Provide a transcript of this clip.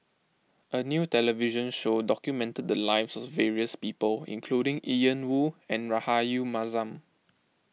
a new television show documented the lives of various people including Ian Woo and Rahayu Mahzam